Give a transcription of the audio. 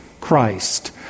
Christ